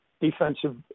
defensive